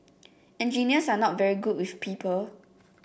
engineers are not very good with people